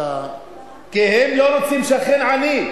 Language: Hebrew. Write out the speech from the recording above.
כי הם לא רוצים שכן עני.